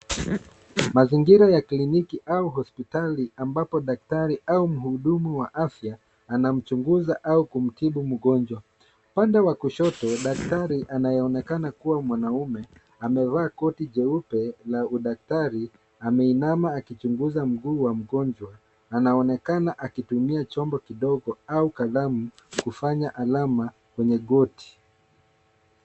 Mazingira ya kliniki au hospitali ambapo daktari au mhudumu wa afya, anamchunguza au kumtibu mgonjwa. Upande wa kushoto daktari anayeonekana kuwa mwanaume amevaa koti jeupe la udaktari ameinama akichunguza mguu wa mgonjwa, anaonekana akitumia chombo kidogo au kalamu kufanya alama kwenye goti.